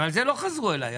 זה לא חזרו אליי.